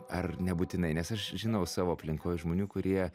ar nebūtinai nes aš žinau savo aplinkoje žmonių kurie